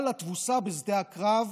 אבל לתבוסה בשדה הקרב